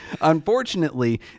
Unfortunately